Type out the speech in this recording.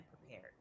prepared